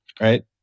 right